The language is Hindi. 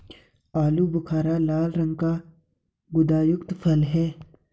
आलू बुखारा लाल रंग का गुदायुक्त फल है